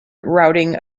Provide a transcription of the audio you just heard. routing